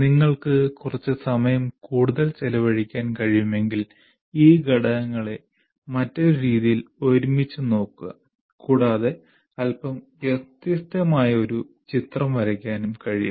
നിങ്ങൾക്ക് കുറച്ച് സമയം കൂടുതൽ ചെലവഴിക്കാൻ കഴിയുമെങ്കിൽ ഈ ഘടകങ്ങളെ മറ്റൊരു രീതിയിൽ ഒരുമിച്ച് നോക്കുക കൂടാതെ അല്പം വ്യത്യസ്തമായ ഒരു ചിത്രം വരയ്ക്കാനും കഴിയും